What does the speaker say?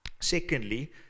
Secondly